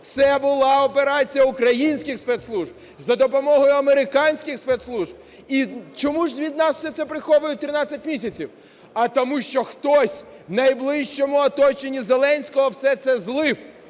це була операція українських спецслужб за допомогою американських спецслужб. І чому ж від нас це приховують 13 місяців? А тому, що хтось у найближчому оточенні Зеленського все це злив,